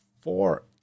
four